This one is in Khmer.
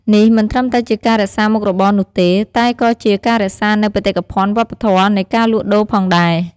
នេះមិនត្រឹមតែជាការរក្សាមុខរបរនោះទេ តែក៏ជាការរក្សានូវបេតិកភណ្ឌវប្បធម៌នៃការលក់ដូរផងដែរ។